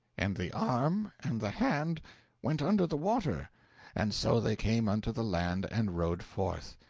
and the arm and the hand went under the water and so they came unto the land and rode forth.